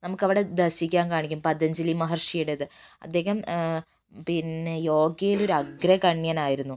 നമുക്കവിടെ ദർശിക്കാൻ കാണിക്കും പതഞ്ജലി മഹർഷിയുടേത് അദ്ദേഹം പിന്നെ യോഗയിലൊര് അഗ്രകണ്യനായിരുന്നു